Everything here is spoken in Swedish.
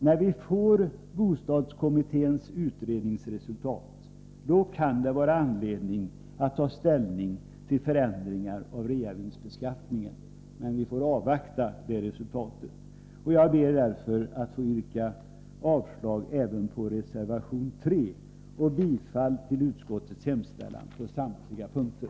När vi får bostadskommitténs utredningsresultat, kan det vara anledning att ta ställning till förändringar av reavinstbeskattningen. Men vi får avvakta det resultatet. Jag ber därför att få yrka avslag även på reservation 3 och bifall till utskottets hemställan på samtliga punkter.